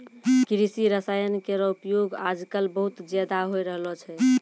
कृषि रसायन केरो उपयोग आजकल बहुत ज़्यादा होय रहलो छै